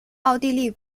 奥地利